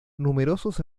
numerosos